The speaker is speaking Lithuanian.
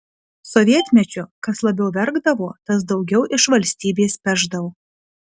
sovietmečiu kas labiau verkdavo tas daugiau iš valstybės pešdavo